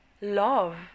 love